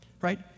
right